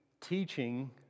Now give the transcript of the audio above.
teaching